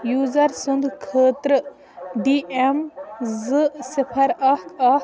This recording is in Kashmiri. یوٗزر سنٛد خٲطرٕ ڈی ایٚم زٕ صفر اکھ اکھ